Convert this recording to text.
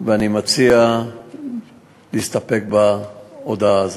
אני מציע להסתפק בהודעה הזאת.